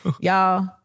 Y'all